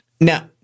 now